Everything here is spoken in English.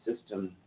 system